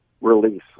release